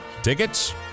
Tickets